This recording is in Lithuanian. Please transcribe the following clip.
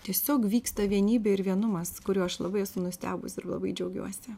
tiesiog vyksta vienybė ir vienumas kuriuo aš labai esu nustebus ir labai džiaugiuosi